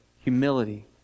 humility